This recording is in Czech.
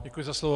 Děkuji za slovo.